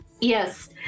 Yes